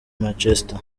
manchester